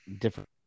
different